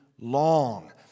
long